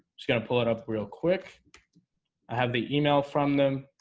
just gonna pull it up real quick i have the email from them